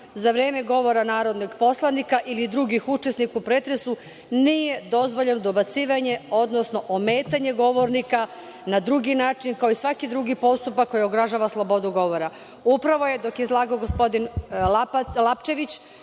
za vreme govora narodnog poslanika ili drugih učesnika u pretresu nije dozvoljeno dobacivanje, odnosno ometanje govornika na drugi način, kao i svaki drugi postupak koji ugrožava slobodu govora. Upravo je, dok je izlagao gospodin Lapčević,